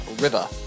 river